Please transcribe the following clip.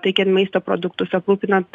teikiant maisto produktus aprūpinant